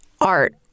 art